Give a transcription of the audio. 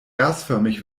gasförmig